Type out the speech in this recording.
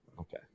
Okay